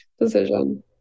Decision